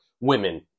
women